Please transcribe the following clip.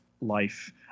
life